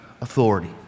authority